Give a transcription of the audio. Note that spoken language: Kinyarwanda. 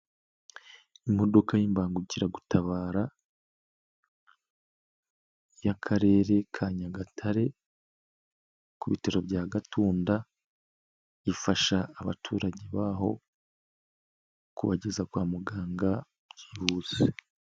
Imodoka y'imbangukiragutabara y'akarere ka Nyagatare ku bitaro bya gatunda, ifasha abaturage baho kubageza kwa muganga byihuse.